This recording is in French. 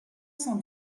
cent